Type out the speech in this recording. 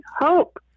hope